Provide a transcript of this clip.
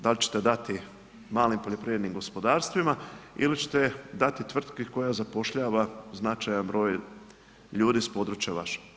Da li ćete dati malim poljoprivrednim gospodarstvima ili ćete dati tvrtku koja zapošljava značajan broj ljudi s područja vašeg.